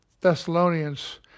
Thessalonians